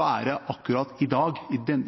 er det akkurat i dag,